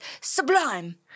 Sublime